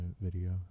video